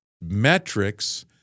metrics